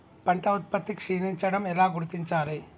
పంట ఉత్పత్తి క్షీణించడం ఎలా గుర్తించాలి?